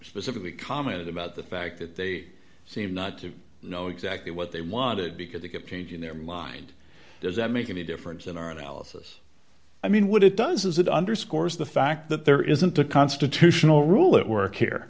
specifically commented about the fact that they seem not to know exactly what they wanted because they give changing their mind does that make any difference in our analysis i mean what it does is it underscores the fact that there isn't a constitutional rule at work here